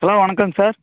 hello வணக்கங்க sir